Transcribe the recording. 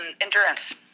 Endurance